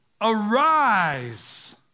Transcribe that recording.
arise